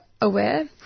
aware